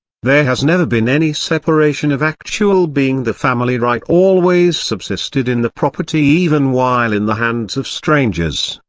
there has never been any separation of actual being the family right always subsisted in the property even while in the hands of strangers,